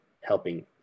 helping